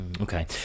Okay